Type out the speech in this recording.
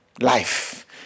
life